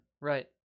Right